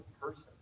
person